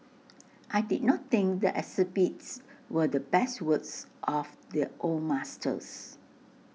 I did not think the exhibits were the best works of the old masters